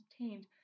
obtained